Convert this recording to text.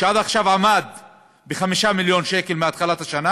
ומתחילת השנה